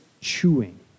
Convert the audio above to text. chewing